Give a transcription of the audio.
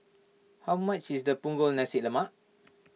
how much is the Punggol Nasi Lemak